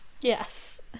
Yes